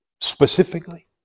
specifically